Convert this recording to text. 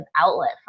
outlet